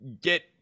get